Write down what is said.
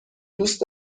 دوست